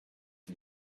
and